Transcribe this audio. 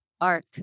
Arc